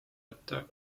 ette